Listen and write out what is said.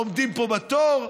עומדים כאן בתור.